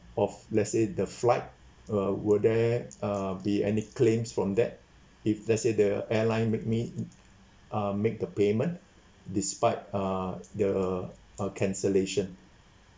of let say the flight uh will there uh be any claims from that if let say the airline make me uh make the payment despite uh the our cancellation